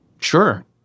Sure